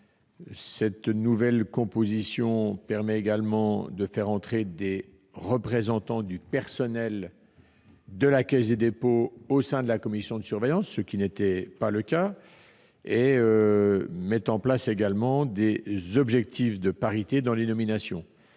Cette nouvelle composition permet également de faire entrer des représentants du personnel de la Caisse des dépôts au sein de la commission de surveillance, ce qui n'était pas le cas, et met en place des objectifs de parité dans les nominations.